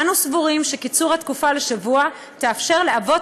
אנו סבורים שקיצור התקופה לשבוע יאפשר לאבות